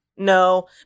No